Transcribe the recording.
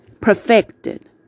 perfected